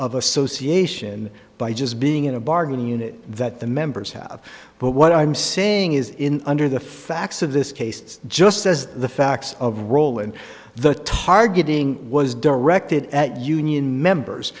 of association by just being in a bargaining unit that the members have but what i'm saying is under the facts of this case just as the facts of roland the targeting was directed at union members